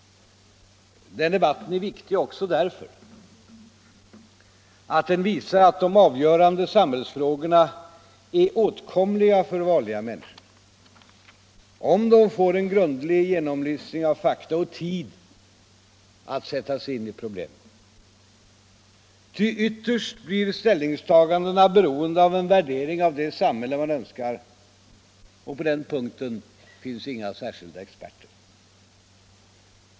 Den debatten är viktig också därför att den visar att de avgörande samhällsfrågorna är åtkomliga för vanliga människor om dessa får en grundlig genomlysning av fakta och tid att sätta sig in i problemen. Ty ytterst blir ställningstagandena beroende av en värdering av det samhälle man önskar, och på den punkten finns inga särskilda experter.